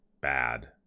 bad